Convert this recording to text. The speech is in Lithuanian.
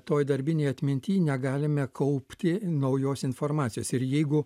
toj darbinėj atminty negalime kaupti naujos informacijos ir jeigu